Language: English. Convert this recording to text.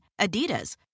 adidas